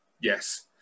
yes